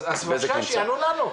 אז, בבקשה, שיענו לנו.